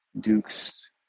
Duke's